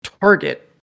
target